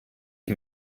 ich